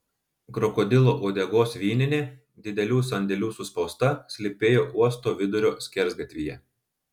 krokodilo uodegos vyninė didelių sandėlių suspausta slypėjo uosto vidurio skersgatvyje